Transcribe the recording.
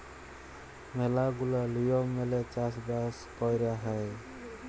ম্যালা গুলা লিয়ম মেলে চাষ বাস কয়রা হ্যয়